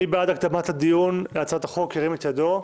מי בעד הקדמת הדיון בהצעת החוק ירים את ידו?